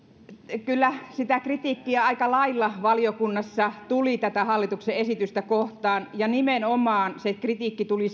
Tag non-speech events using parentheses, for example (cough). kyllä sitä kritiikkiä aika lailla valiokunnassa tuli tätä hallituksen esitystä kohtaan ja se kritiikki tuli (unintelligible)